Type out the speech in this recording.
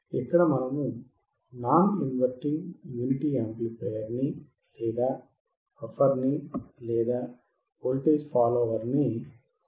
ఇక్కడ మనము non inverting unity amplifier ని లేదా బఫర్ ని లేదా వోల్టేజ్ ఫాలోవర్ ని ఉపయోగిస్తున్నాము